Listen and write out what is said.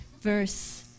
verse